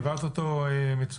העברת אותו מצוין,